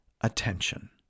attention